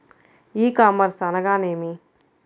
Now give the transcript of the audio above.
ఈ కామర్స్ అనగా నేమి?